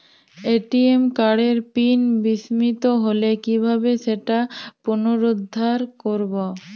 ATM কার্ডের pin বিস্মৃত হলে কীভাবে সেটা পুনরূদ্ধার করব?